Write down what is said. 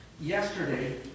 Yesterday